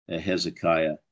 hezekiah